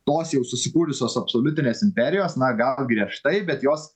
tos jau susikūrusios absoliutinės imperijos na gal griežtai bet jos